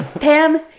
Pam